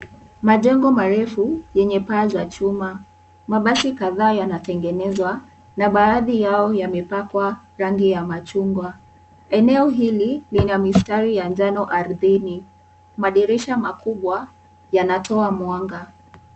Majengo marefu yenye paa za chuma. Mabasi kadhaa yanatengenezwa na baadhi yao yamepakwa rangi ya machungwa. Eneo hili lina mistari ya njano ardhini. Madirisha makubwa yanatoa mwanga.